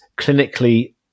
clinically